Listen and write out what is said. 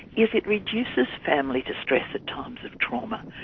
is it reduces family distress at times of trauma.